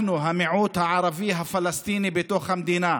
אנחנו, המיעוט הערבי הפלסטיני בתוך המדינה,